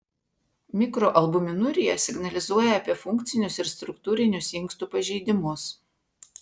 mikroalbuminurija signalizuoja apie funkcinius ir struktūrinius inkstų pažeidimus